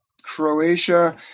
croatia